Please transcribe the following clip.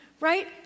Right